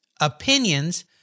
opinions